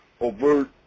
overt